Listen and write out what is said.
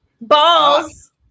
balls